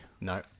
No